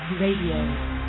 Radio